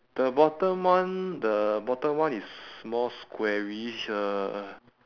the bottom one the bottom one is more squarish ah